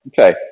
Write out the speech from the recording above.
Okay